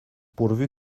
pourvu